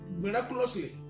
miraculously